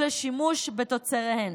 ולשימוש בתוצריהן.